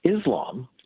Islam